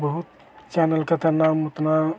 बहुत चैनल का तो नाम उतना